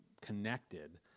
connected